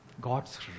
god's